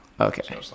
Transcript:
Okay